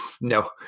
No